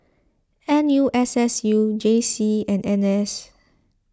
N U S S U J C and N S